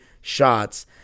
shots